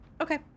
Okay